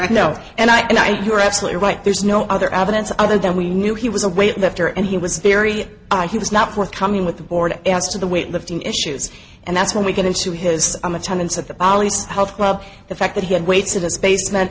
right now and i think you're absolutely right there's no other evidence other than we knew he was a weight lifter and he was very he was not forthcoming with the board as to the weight lifting issues and that's when we get into his attendance at the pollies health club the fact that he had weights at his basement